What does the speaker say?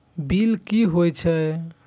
Bill की हौए छै?